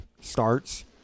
starts